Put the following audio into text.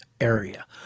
area